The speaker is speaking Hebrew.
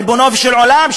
ריבונו של עולם,